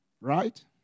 Right